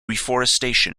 reforestation